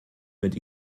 mit